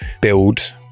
build